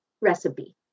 recipe